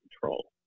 control